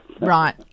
Right